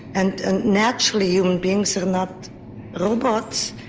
and and naturally human beings are not robots,